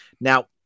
Now